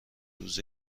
روز